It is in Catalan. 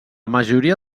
majoria